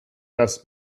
das